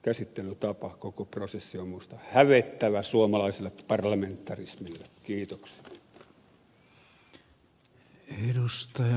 käsittelytapa koko prosessi on minusta hävettävä suomalaiselle parlamentarismille